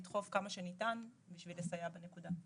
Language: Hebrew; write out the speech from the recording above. לדחוף כמה שניתן בשביל לסייע בנקודה.